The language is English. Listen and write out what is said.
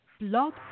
blog